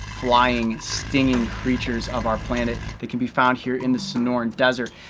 flying stinging creatures of our planet that can be found here in the sonoran desert.